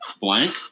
blank